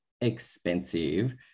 expensive